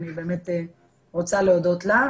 ואני באמת רוצה להודות לה.